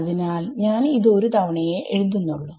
അതിനാൽ ഞാൻ ഇത് ഒരു തവണയേ എഴുതുന്നുള്ളു